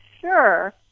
sure